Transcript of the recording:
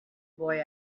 boy